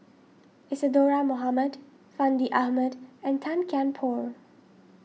Isadhora Mohamed Fandi Ahmad and Tan Kian Por